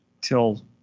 till